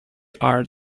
are